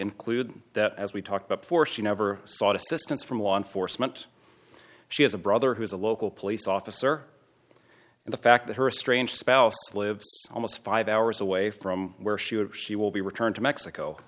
include that as we talked about before she never sought assistance from law enforcement she has a brother who is a local police officer and the fact that her strange spouse lives almost five hours away from where she was she will be returned to mexico